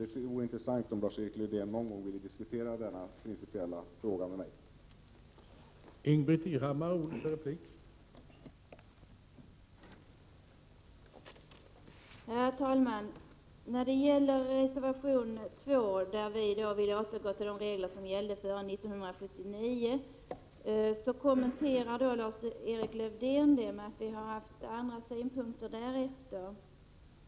1987/88:133 någon gång ville diskutera denna principiella fråga med mig. 3 juni 1988